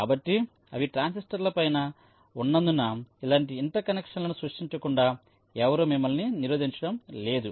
కాబట్టి అవి ట్రాన్సిస్టర్ల పైన ఉన్నందున ఇలాంటి ఇంటర్కనెక్షన్ లను సృష్టించకుండా ఎవరూ మిమ్మల్ని నిరోధించడం లేదు